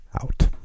out